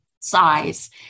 size